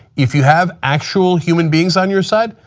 if you have actual human beings on your side,